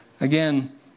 Again